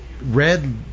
Red